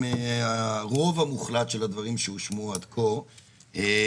הרוב המוחלט של הדברים שהושמעו עד כה,